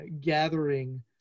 gathering